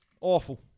Awful